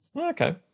Okay